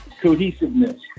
cohesiveness